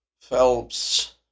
Phelps